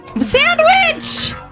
Sandwich